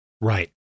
Right